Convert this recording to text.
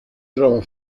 trova